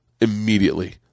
immediately